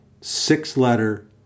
six-letter